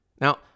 Now